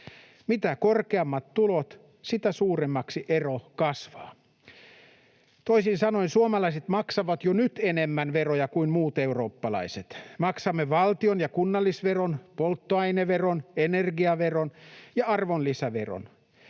Mitä korkeammat tulot, sitä suuremmaksi ero kasvaa. Toisin sanoen suomalaiset maksavat jo nyt enemmän veroja kuin muut eurooppalaiset. Maksamme valtion‑ ja kunnallisveroa, polttoaineveroa, energiaveroa ja arvonlisäveroa.